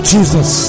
Jesus